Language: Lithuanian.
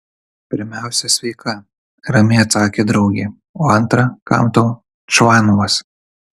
pirmiausia sveika ramiai atsakė draugė o antra kam tau čvanovas